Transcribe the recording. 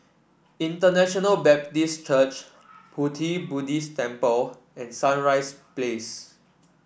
International Baptist Church Pu Ti Buddhist Temple and Sunrise Place